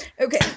Okay